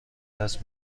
دست